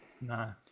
no